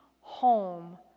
home